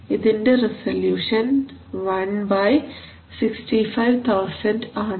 ഇതിൻറെ റസല്യൂഷൻ 165000 ആണ്